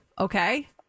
Okay